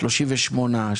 38%,